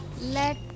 let